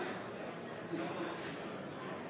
president